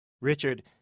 Richard